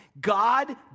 God